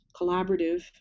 collaborative